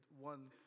one